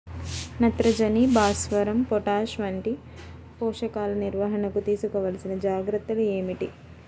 నత్రజని, భాస్వరం, పొటాష్ వంటి పోషకాల నిర్వహణకు తీసుకోవలసిన జాగ్రత్తలు ఏమిటీ?